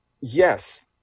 Yes